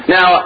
Now